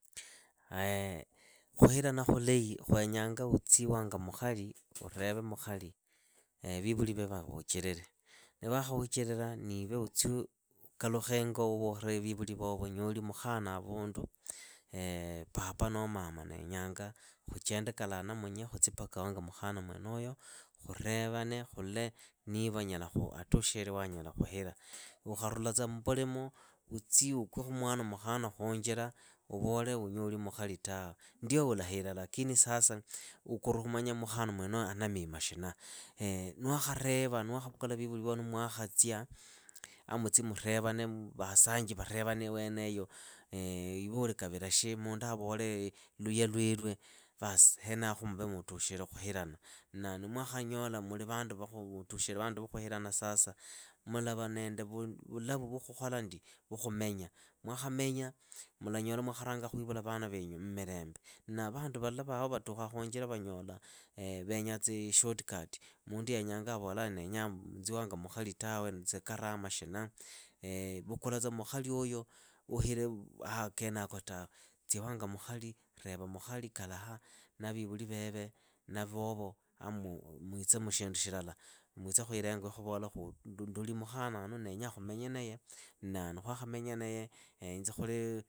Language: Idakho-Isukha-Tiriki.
khuhilana khulahi khwenyanga utsi wanga mukhali ureve mukhali vivuli ve vavuchilile, nivakhavuchilila niiwe utsi ingo uvole vivuli vovo nyoli mukhana avundu, papa noho mama ndenyanga khuchende kalaha na munye, khutsi paka wanga mukhana mwenoyo, khurevane khule niva atushire wa nyala khuhira. Ukharulatsa mmbulimo utsi ukwi khu mwana mukhana khunjira uvole unyoli mukhali tawe, ndio ulahila lakini sasa ukorwa khumanya mukhana mwenoyo ali na mima shina. niwakhareva niwakhavukula vivuli vo ni mwakhatsia, vasanji varevane iweneyo, iwe uli kavira shi, mundu avole luya lwele, vas henaho khumba mutushire khuhilana. Na ni mwakhanyola mutushi vandu va khuhirana sasa, mulava nende vulavu vwa khumenya. Mwakhamenya mulanyola mwakharanga khuivula vana venyu mmilembe. Na vandu vala vaho vatukhaa khunjila vanyola venyaa tsi shot kati, mundu avola ndenyaa nzi wanga mukhali tawe ni tsikarama shina, tsia wanga mukhali, reva mukhali kalaha na vivuli veve na vovo, hamwitse mu shindu shilala. Mwitse khuilengo khuvola ndoli mukhana yanu ndenyaa khumenye naye na nikhwakhamenya naye, inze kholee